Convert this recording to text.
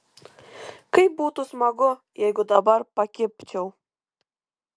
kaip būtų smagu jeigu dabar pakibčiau